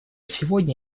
сегодня